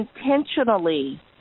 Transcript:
intentionally